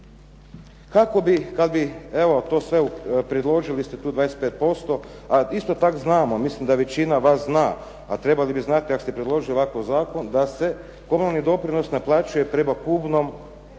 Kako bi kad bi evo to sve, predložili ste tu 25%, a isto tako znamo, mislim da većina vas zna, a trebali bi znati ako ste predložili ovakav zakon da se komunalni doprinos naplaćuje prema kubnom metru.